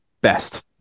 best